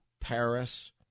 Paris